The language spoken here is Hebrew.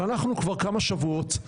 כבר כמה שבועות,